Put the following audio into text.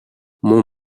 мөн